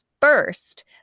First